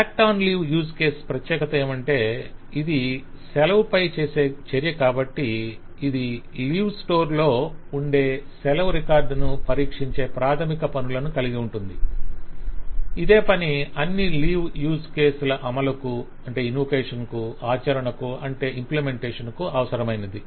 act on leave use case ప్రత్యేకత ఏమంటే ఇది సెలవుపై చేసే చర్య కాబట్టి ఇది లీవ్ స్టోర్ లో ఉండే సెలవు రికార్డును పరీక్షించే ప్రాధమిక పనులను కలిగి ఉంటుంది ఇదే పని అన్ని లీవ్ యూస్ కేసుల అమలుకు ఆచరణకు అవసరమైనది